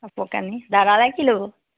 কাপোৰ কানি দাদালে কি ল'ব